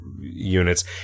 units